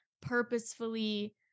purposefully